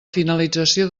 finalització